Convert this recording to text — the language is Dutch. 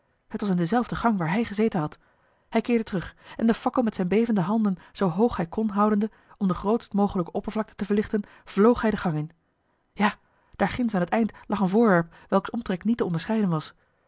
het was in dezelfde gang waar hij gezeten had hij keerde terug en de fakkel met zijne bevende handen zoo hoog hij kon houdende om de grootst mogelijke oppervlakte te verlichten vloog hij de gang in ja daar ginds aan t eind lag een voorwerp welks omtrek niet te onderscheiden was